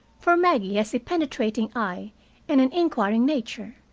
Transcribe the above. for maggie has a penetrating eye and an inquiring nature.